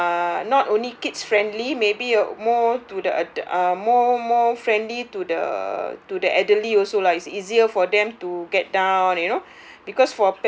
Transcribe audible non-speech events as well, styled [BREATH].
uh not only kids friendly maybe uh more to the adu~ uh more more friendly to the to the elderly also lah it's easier for them to get down you know [BREATH]